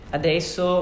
adesso